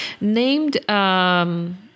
named